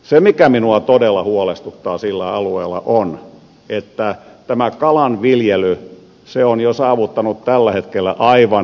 se mikä minua todella huolestuttaa sillä alueella on se että kalanviljely on jo saavuttanut tällä hetkellä aivan riittävän tason